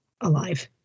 alive